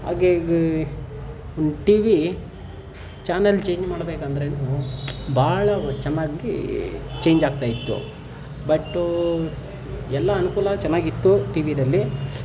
ಹಾಗಾಗಿ ಒಂದು T V channel change ಮಾಡ್ಬೇಕಂದ್ರೇನೂ ಭಾಳ ಚೆನ್ನಾಗಿ ಚೇಂಜಾಗ್ತಾ ಇತ್ತು ಬಟ್ಟು ಎಲ್ಲ ಅನುಕೂಲ ಚೆನ್ನಾಗಿತ್ತು ಟಿ ವಿದಲ್ಲಿ